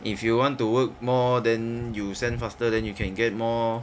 if you want to work more then you send faster then you can get more